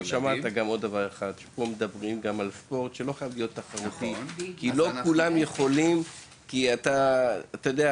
אבל שמעת שמדברים פה גם על ספורט שלא חייב להיות תחרותי כי זה לא חייב